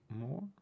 more